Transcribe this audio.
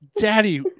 Daddy